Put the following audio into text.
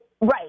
Right